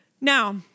Now